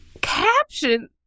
Caption